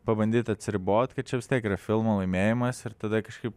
pabandyt atsiribot kad čia vis tiek yra filmo laimėjimas ir tada kažkaip